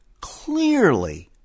clearly